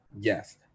Yes